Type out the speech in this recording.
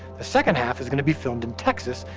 the second half is gonna be filmed in texas,